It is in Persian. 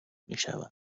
میشوند